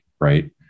right